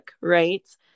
right